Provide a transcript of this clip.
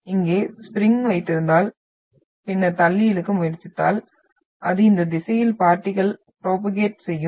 இங்கே ஸ்ப்ரிங் வைத்திருந்தால் பின்னர் தள்ளி இழுக்க முயற்சித்தால் அது இந்த திசையில் பார்ட்டிகள் ப்ரோபோகேட் செய்யும்